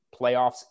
playoffs